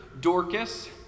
Dorcas